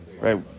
right